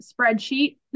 spreadsheet